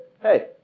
hey